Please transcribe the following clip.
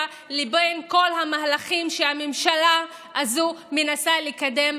לבין כל המהלכים שהממשלה הזו מנסה לקדם,